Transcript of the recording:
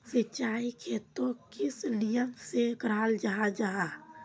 सिंचाई खेतोक किस नियम से कराल जाहा जाहा?